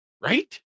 Right